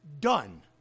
done